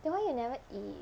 then why you never eat